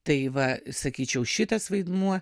tai va sakyčiau šitas vaidmuo